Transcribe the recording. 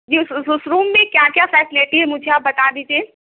جی اس روم میں کیا کیا فیسلٹی ہے مجھے آپ بتا دیجیے